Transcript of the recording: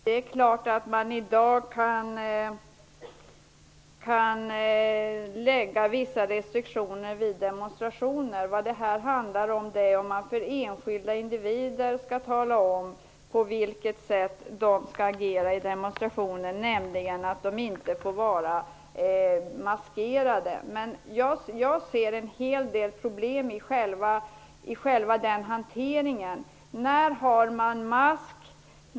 Herr talman! Det är klart att man i dag kan lägga fast vissa restriktioner vid demonstrationer. Vad det handlar om här är om man för enskilda individer skall tala om på vilket sätt de skall agera vid demonstrationer, nämligen att de inte får vara maskerade. Jag ser en hel del problem i fråga om själva hanteringen. När har man mask?